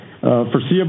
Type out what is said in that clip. foreseeable